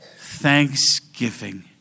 thanksgiving